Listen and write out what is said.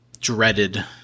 dreaded